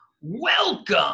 Welcome